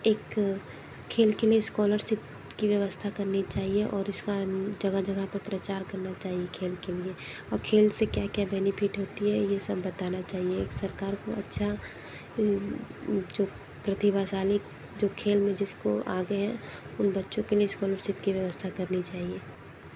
एक खेल के लिए स्कॉलरशिप की व्यवस्था करनी चाहिए और इसका जगह जगह पर प्रचार करना चाहिए खेल के लिए और खेल से क्या क्या बेनिफिट होती है यह सब बताना चाहिए एक सरकार को अच्छा प्रतिभाशाली जो खेल में जिसको आगे हैं उन बच्चों के लिए स्कॉलरशिप की व्यवस्था करनी चाहिए